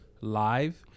Live